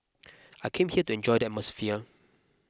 I came here to enjoy the atmosphere